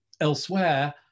elsewhere